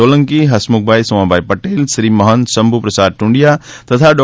સોલંકી હસમુખભાઈ સોમાભાઈ પટેલ શ્રી મહંત શંભુપ્રસાદ ટ્રંડીયા તથા ડૉ